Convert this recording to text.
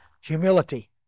humility